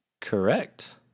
Correct